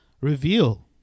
reveal